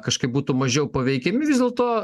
kažkaip būtų mažiau paveikiami vis dėlto